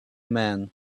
man